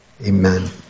Amen